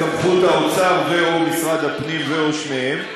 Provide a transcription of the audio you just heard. זו סמכות האוצר או משרד הפנים או שניהם.